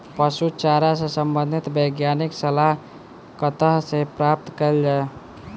पशु चारा सऽ संबंधित वैज्ञानिक सलाह कतह सऽ प्राप्त कैल जाय?